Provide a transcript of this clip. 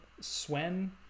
Sven